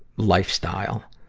lifestyle.